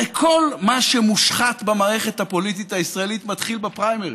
הרי כל מה שמושחת במערכת הפוליטית הישראלית מתחיל בפריימריז,